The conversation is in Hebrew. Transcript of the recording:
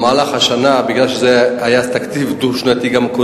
מכיוון שגם התקציב הקודם היה דו-שנתי,